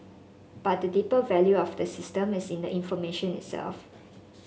but the deeper value of the system is in the information itself